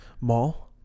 mall